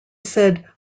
said